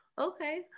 okay